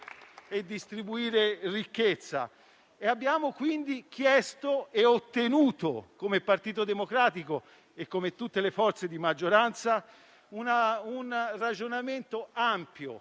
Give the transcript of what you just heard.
e distribuire ricchezza. Abbiamo quindi chiesto e ottenuto, come Partito Democratico e con tutte le forze di maggioranza, un ragionamento ampio